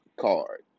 card